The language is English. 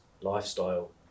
lifestyle